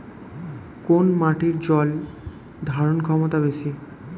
কোন মাটির জল ধারণ ক্ষমতা বেশি?